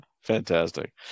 Fantastic